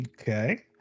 Okay